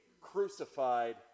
crucified